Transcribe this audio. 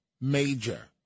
Major